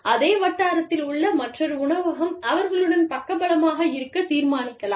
அதே வட்டாரத்தில் உள்ள மற்றொரு உணவகம் அவர்களுடன் பக்கபலமாக இருக்கத் தீர்மானிக்கலாம்